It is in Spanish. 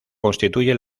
constituye